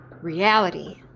reality